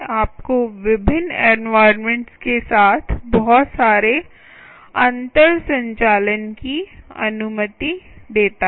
आपको विभिन्न environments environments के साथ बहुत सारे अंतर संचालन की अनुमति देता है